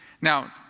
Now